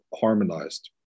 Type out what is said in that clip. harmonized